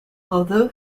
although